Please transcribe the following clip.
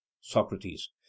Socrates